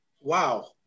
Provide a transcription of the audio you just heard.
Wow